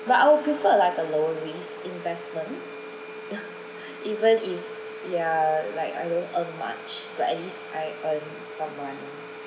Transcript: but I will prefer like a low risk investment even if yeah like I don't earn much like at least I earn some money